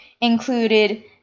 included